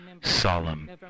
solemn